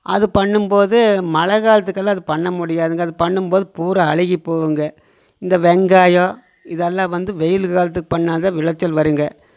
அது பண்ணும் போது மழைகாலத்துக்கெல்லாம் அது பண்ண முடியாதுங்க அது பண்ணும் போது பூராக அழுகிப்போகுங்க இந்த வெங்காயம் இதெல்லாம் வந்து வெயிலுக்காலத்துக்கு பண்ணால்தான் விளைச்சல் வருங்க